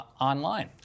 online